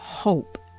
hope